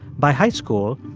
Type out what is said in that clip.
by high school,